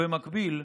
במקביל,